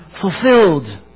fulfilled